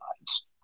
lives